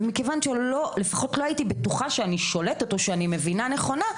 ומכיוון שלפחות לא הייתי בטוחה שאני שולטת או שאני מבינה נכונה,